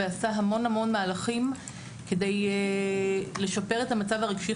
ועשה המון מהלכים כדי לשפר את המצב הרגשי,